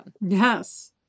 Yes